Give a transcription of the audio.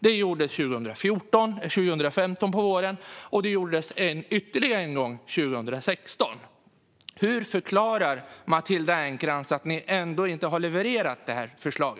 Detta gjordes på våren 2015 och ytterligare en gång 2016. Hur förklarar Matilda Ernkrans att de ändå inte har levererat detta förslag?